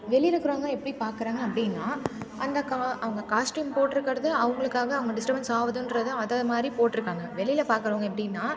வெளியில் இருக்கிறவங்க எப்படி பார்க்கறாங்க அப்படின்னா அந்த க அவங்க காஸ்ட்யூம் போட்ருக்கிறது அவங்களுக்காக அவங்க டிஸ்டர்பன்ஸ் ஆகுதுன்றது அது மாதிரி போட்டுருக்காங்க வெளியில் பாக்கறவங்க எப்படின்னா